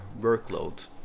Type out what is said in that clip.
workload